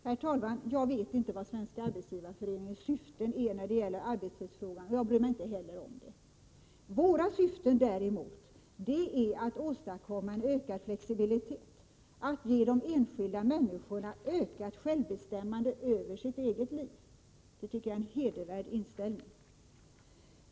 Herr talman! Jag vet inte vilka syften Svenska arbetsgivareföreningen har när det gäller arbetstidsfrågan, och jag bryr mig inte heller om det. Våra syften är däremot att åstadkomma en ökad flexibilitet, att ge de enskilda människorna ökat självbestämmande över sitt eget liv. Det är en hedervärd inställning.